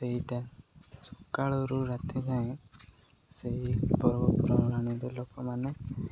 ସେଇଟା ସକାଳରୁ ରାତି ଯ ସେଇ ପର୍ବ ପର୍ବାଣିରେ ଲୋକମାନେ